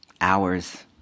hours